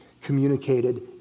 communicated